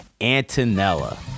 Antonella